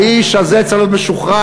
האיש הזה צריך להיות משוחרר,